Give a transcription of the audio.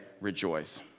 rejoice